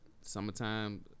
summertime